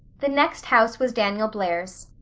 the next house was daniel blair's.